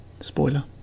spoiler